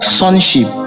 sonship